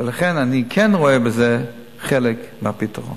ולכן אני כן רואה בזה חלק מהפתרון.